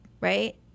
right